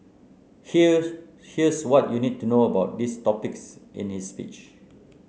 here's here's what you need to know about these topics in his speech